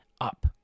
up